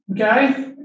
Okay